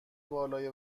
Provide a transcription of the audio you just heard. بالای